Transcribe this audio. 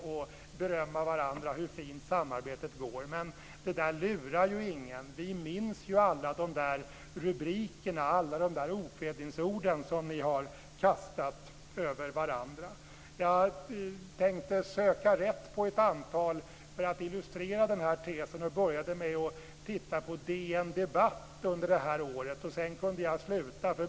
Ni berömmer varandra för hur fint samarbetet går. Men det lurar ingen. Vi minns alla rubrikerna, alla okvädinsord ni har kastat över varandra. Jag tänkte söka rätt på ett antal sådana för att illustrera min tes. Jag började med att titta på DN Debatt under året. Sedan kunde jag sluta.